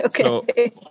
Okay